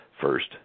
First